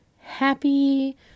happy